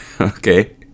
Okay